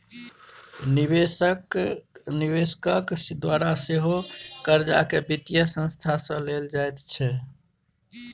निवेशकक द्वारा सेहो कर्जाकेँ वित्तीय संस्था सँ लेल जाइत छै